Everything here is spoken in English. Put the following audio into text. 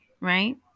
right